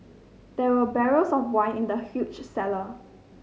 there were barrels of wine in the huge cellar